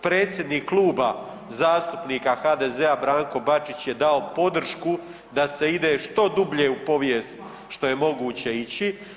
Predsjednik Kluba zastupnika HDZ-a Branko Bačić je dao podršku da se ide što dublje u povijest što je moguće ići.